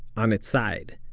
on its side.